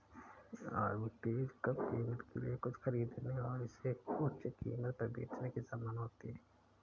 arbitrage कम कीमत के लिए कुछ खरीदने और इसे उच्च कीमत पर बेचने की संभावना होती है